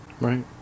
right